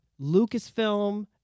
Lucasfilm